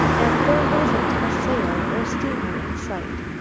and there wasn't a sail or steamer in sight.